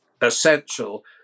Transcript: essential